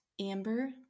amber